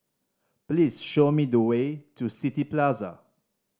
please show me the way to City Plaza